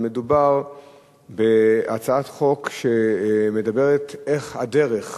מדובר בהצעת חוק שמדברת על הדרך